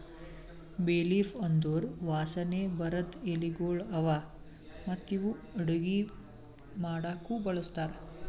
ಬೇ ಲೀಫ್ ಅಂದುರ್ ವಾಸನೆ ಬರದ್ ಎಲಿಗೊಳ್ ಅವಾ ಮತ್ತ ಇವು ಅಡುಗಿ ಮಾಡಾಕು ಬಳಸ್ತಾರ್